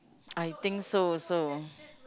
I think so also